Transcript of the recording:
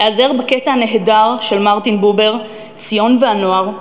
איעזר בקטע הנהדר של מרטין בובר "ציון והנוער".